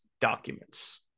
documents